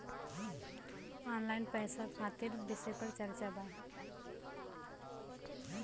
Online पैसा खातिर विषय पर चर्चा वा?